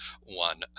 one